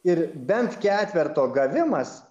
ir bent ketverto gavimas